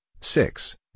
six